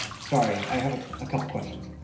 sorry, i have a couple of questions.